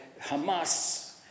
Hamas